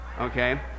okay